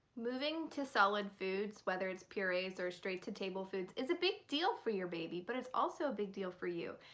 moving to solid foods whether it's purees or straight to table foods is a big deal for your baby. but it's also a big deal for you!